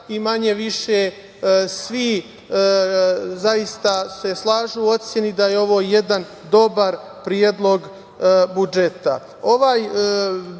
i manje-više svi se zaista slažu u oceni da je ovo jedan dobar predlog budžeta. Ovaj